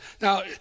Now